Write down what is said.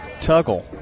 Tuggle